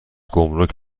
گمرک